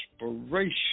inspiration